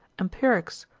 empirics,